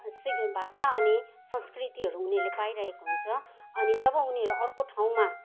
सिग् भाषा अनि संस्कृतिहरू उनीहरूले पाइरहेको हुन्छ अनि जब उनीहरू अर्को ठाँउमा